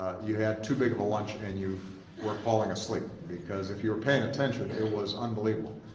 you had too big of a lunch and you were falling asleep, because if you were paying attention it was unbelievable.